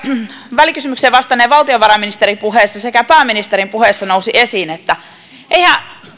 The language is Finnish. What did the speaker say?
välikysymykseen vastanneen valtiovarainministerin puheessa sekä pääministerin puheessa nousi esiin että eihän